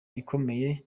ikomeye